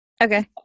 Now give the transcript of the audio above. Okay